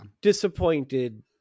Disappointed